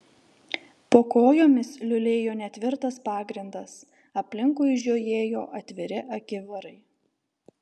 po kojomis liulėjo netvirtas pagrindas aplinkui žiojėjo atviri akivarai